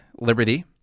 Liberty